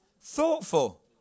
Thoughtful